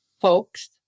folks